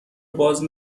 باز